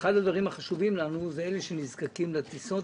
אחד הדברים החשובים לנו הם אלה שנזקקים לטיסות